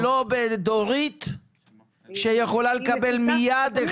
זה לא יפצה מקרה כמו של דורית שאבדו לה 19 הצגות.